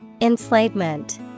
Enslavement